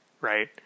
right